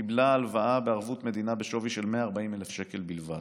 קיבלה הלוואה בערבות מדינה בשווי של 140,000 שקל בלבד.